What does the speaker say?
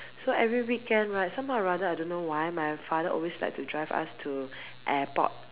so every weekend right somehow or rather I don't know why my father always like to drive us to airport